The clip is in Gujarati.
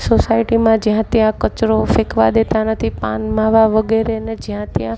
સોસાયટીમાં જ્યાં ત્યાં કચરો ફેંકવા દેતા નથી પાન માવા વગેરેને જ્યાં ત્યાં